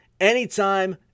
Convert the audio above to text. anytime